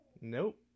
Nope